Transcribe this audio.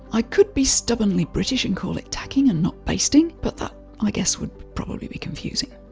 i could be stubbornly british and call it tacking and not basting but that i guess, would probably be confusing.